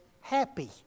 happy